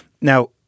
Now